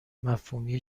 مفهومی